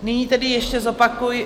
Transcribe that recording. Nyní tedy ještě zopakuji...